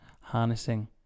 harnessing